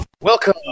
Welcome